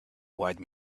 white